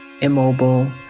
immobile